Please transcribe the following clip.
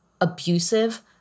abusive